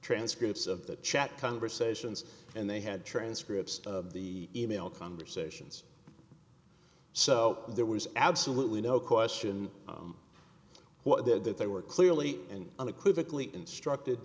transcripts of the chat conversations and they had transcripts of the e mail conversations so there was absolutely no question what did that they were clearly and unequivocally instructed